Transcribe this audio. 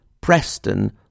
Preston